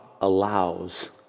allows